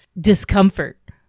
discomfort